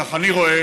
ככה אני רואה,